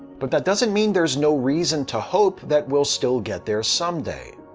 but that doesn't mean there's no reason to hope that we'll still get there someday.